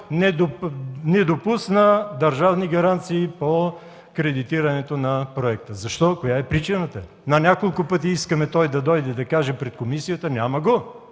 не допусна държавни гаранции по кредитирането на проекта?! Защо? Коя е причината?! На няколко пъти искаме той да дойде и да каже пред комисията. Няма го!